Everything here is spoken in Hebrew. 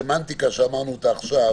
אבל הסמנטיקה שאמרנו עכשיו